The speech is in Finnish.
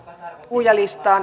puhujalistaan